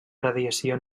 radiació